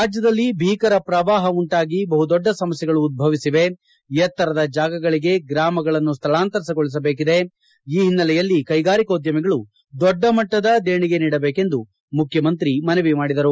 ರಾಜ್ಯದಲ್ಲಿ ಬೀಕರ ಪ್ರವಾಪ ಉಂಟಾಗಿ ಬಹುದೊಡ್ಡ ಸಮಸ್ಠೆಗಳು ಉದ್ವವಿಸಿವೆ ಎತ್ತರದ ಜಾಗಗಳಿಗೆ ಗ್ರಾಮಗಳು ಸ್ಥಳಾಂತರಗೊಳಿಸಬೇಕಿದೆ ಈ ಹಿನ್ನಲೆಯಲ್ಲಿ ಕೈಗಾರಿಕೋದ್ಯಮಿಗಳು ದೊಡ್ಡ ಮಟ್ಟದ ದೇಣಿಗೆ ನೀಡಬೇಕೆಂದು ಮುಖ್ಯಮಂತ್ರಿ ಮನವಿ ಮಾಡಿದರು